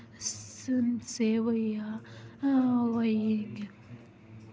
सेब होइया हैं होई